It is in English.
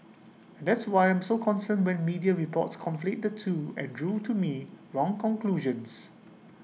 that's why I'm so concerned when media reports conflate the two and drew to me wrong conclusions